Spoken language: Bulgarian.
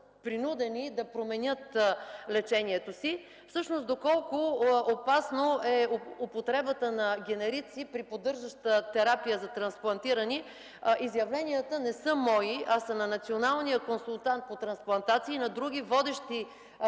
да променят лечението си. Всъщност, доколко опасна е употребата на генерици при поддържаща терапия за трансплантирани, изявленията не са мои, а са на националния консултант по трансплантации и на други водещи